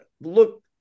Look